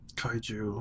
kaiju